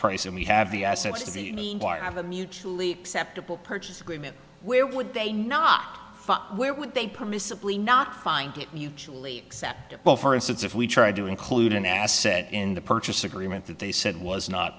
price and we have the assets to have a mutually acceptable purchase agreement where would they not where would they permissibly not find it mutually acceptable for instance if we tried to include an asset in the purchase agreement that they said was not